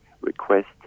request